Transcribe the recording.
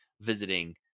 visiting